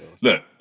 look